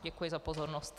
Děkuji za pozornost.